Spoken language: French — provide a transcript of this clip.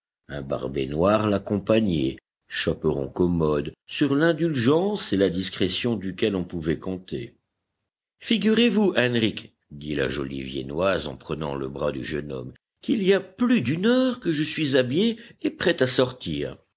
un barbet noir l'accompagnait chaperon commode sur l'indulgence et la discrétion duquel on pouvait compter figurez-vous henrich dit la jolie viennoise en prenant le bras du jeune homme qu'il y a plus d'une heure que je suis habillée et prête à sortir